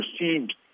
received